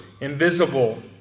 Invisible